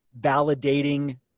validating